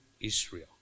Israel